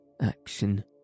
action